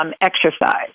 exercise